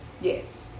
yes